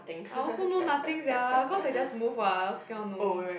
I also know nothing sia cause I just move what I also cannot know